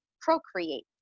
procreate